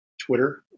Twitter